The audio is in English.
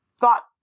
thought